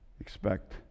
Expect